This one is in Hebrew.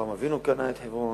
אברהם אבינו קנה את חברון.